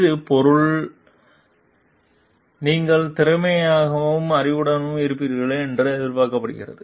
இது பொருள் நீங்கள் திறமையாகவும் அறிவுடனும் இருப்பீர்கள் என்று எதிர்பார்க்கப்படுகிறது